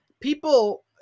People